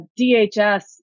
DHS